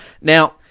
Now